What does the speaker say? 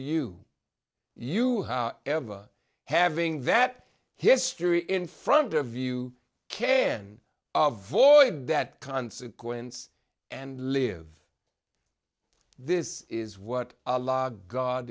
to you you ever having that history in front of you can avoid that consequence and live this is what a law god